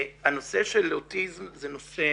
הנושא של אוטיזם זה נושא